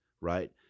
right